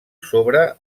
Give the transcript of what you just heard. sobre